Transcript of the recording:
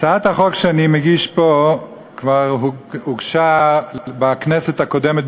הצעת החוק שאני מגיש פה כבר הוגשה בכנסת הקודמת,